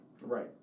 right